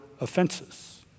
offenses